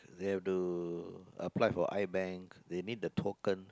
ya to apply for iBank they need the token